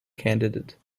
candidate